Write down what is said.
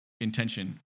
intention